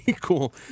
cool